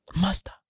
Master